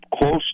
Close